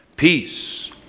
Peace